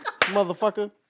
Motherfucker